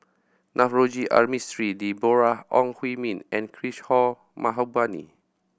Navroji R Mistri Deborah Ong Hui Min and Kishore Mahbubani